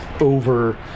over